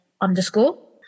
underscore